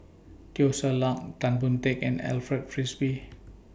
Teo Ser Luck Tan Boon Teik and Alfred Frisby